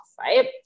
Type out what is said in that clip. right